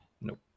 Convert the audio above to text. Nope